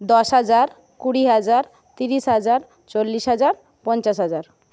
দশ হাজার কুড়ি হাজার তিরিশ হাজার চল্লিশ হাজার পঞ্চাশ হাজার